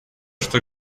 что